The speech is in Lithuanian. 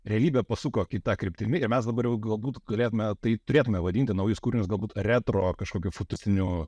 realybė pasuko kita kryptimi ir mes dabar jau galbūt galėtumėme tai turėtumėme vadinti naujus kūriniux galbūt retro kažkokių futuristinių